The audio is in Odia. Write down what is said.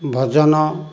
ଭଜନ